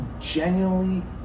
genuinely